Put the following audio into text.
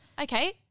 Okay